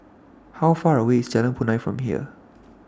How Far away IS Jalan Punai from here